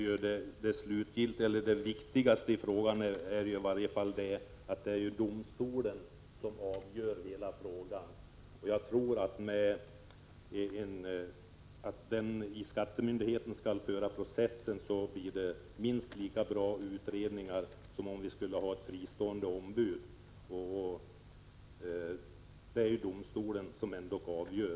Jag tror att när skattemyndigheten skall föra processen blir det minst lika bra utredningar som om vi skulle ha ett fristående ombud, och det viktigaste är ju ändå att det är domstolen som avgör.